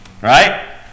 right